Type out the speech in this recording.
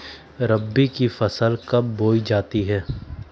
रबी की फसल कब बोई जाती है?